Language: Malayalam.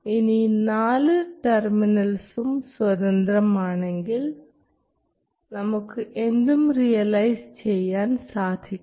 ഇനി നാല് ടെർമിനൽസും സ്വതന്ത്രമാണെങ്കിൽ നമുക്ക് എന്തും റിയലൈസ് ചെയ്യാൻ സാധിക്കും